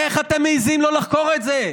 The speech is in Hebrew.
איך אתם מעיזים לא לחקור את זה?